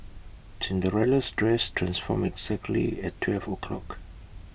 Cinderella's dress transformed exactly at twelve o' clock